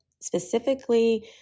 specifically